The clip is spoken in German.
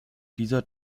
dieser